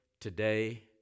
today